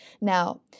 Now